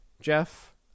Jeff